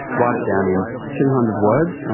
write it down in two hundred words,